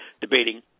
debating